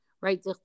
Right